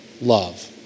love